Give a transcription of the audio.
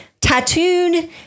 Tattooed